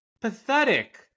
pathetic